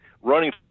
running